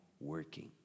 working